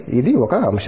ఇది ఒక అంశం